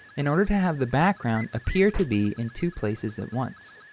in order to have the background appear to be in two places at once.